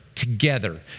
together